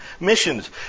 Missions